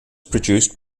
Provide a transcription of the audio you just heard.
produced